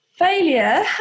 Failure